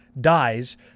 dies